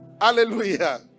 Hallelujah